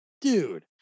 Dude